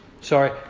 sorry